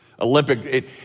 Olympic